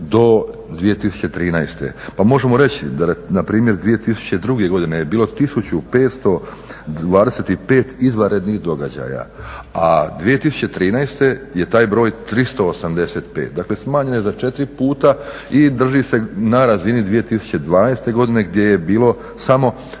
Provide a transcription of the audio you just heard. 2013.pa možemo reći npr. 2002.godine je bilo 1.525 izvanrednih događanja, a 2013.je taj broj 385, dakle smanjen je za 4 puta i drži se na razini 2012.godine gdje je bilo samo